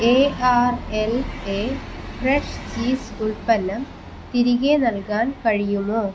A R L A fresh cheese ഉൽപ്പന്നം തിരികെ നൽകാൻ കഴിയുമോ